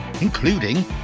including